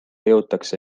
jõutakse